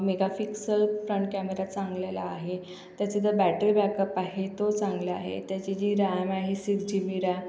mega pixel front camera चांगलेला आहे त्याची जी बॅटरी बॅकअप आहे तो चांगला आहे त्याची जी रॅम आहे सिक्स जी बी रॅम